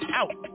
out